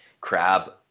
crab